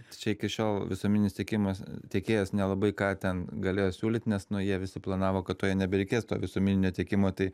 čia iki šiol visuomeninis tiekimas tiekėjas nelabai ką ten galėjo siūlyt nes nu jie visi planavo kad tuoj nebereikės to visuomeninio tiekimo tai